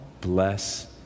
bless